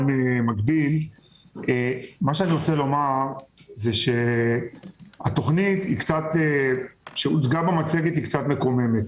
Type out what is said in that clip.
אני רוצה לומר שהתוכנית שהוצגה במצגת היא קצת מקוממת.